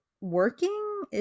working